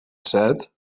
said